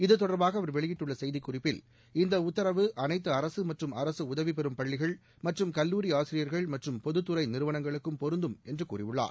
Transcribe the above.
இத்தொடர்பாக அவர் வெளியிட்டுள்ள செய்திக் குறிப்பில் இந்த உத்தரவு அனைத்து அரசு மற்றும் அரசு உதவிபெறும் பள்ளிகள் மற்றும் கல்லூரி ஆசிரியா்கள் மற்றும் பொதுத்துறை நிறுவனங்களுக்கும் பொருந்தும் என்று கூறியுள்ளார்